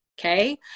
Okay